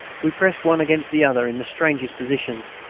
we pressed one against the other in the strangest positions,